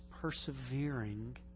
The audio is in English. persevering